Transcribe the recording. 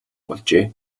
болжээ